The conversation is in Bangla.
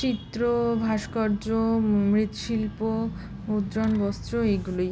চিত্র ভাস্কর্য মৃৎশিল্প উজ্জ্বল বস্ত্র এইগুলোই